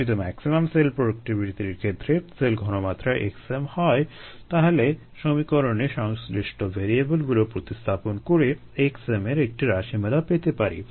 যদি maximum cell প্রোডাক্টিভিটির ক্ষেত্রে সেল ঘনমাত্রা xm হয় তাহলে সমীকরণে সংশ্লিষ্ট ভ্যারিয়েবলগুলো প্রতিস্থাপন করে xm এর একটি রাশিমালা পেতে পারি